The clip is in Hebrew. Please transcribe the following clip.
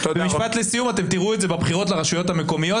ואתם תראו את זה בבחירות לרשויות המקומיות.